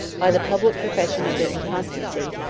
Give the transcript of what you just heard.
by the public confession of their inconstancy,